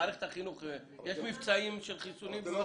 היום במערכת החינוך יש מבצעים של חיסונים?